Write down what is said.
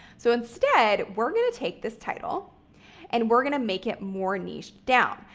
so instead, we're going to take this title and we're going to make it more niched down.